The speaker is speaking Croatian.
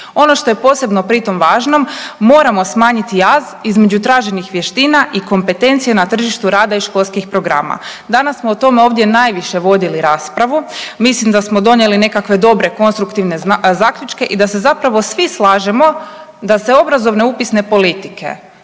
Ono što je posebno pri tom važno moramo smanjiti jaz između traženih vještina i kompetencija na tržištu rada i školskih programa. Danas smo o tome najviše vodili raspravu, mislim da smo donijeli nekakve dobre konstruktivne zaključke i da se zapravo svi slažemo da se obrazovne upisne politike,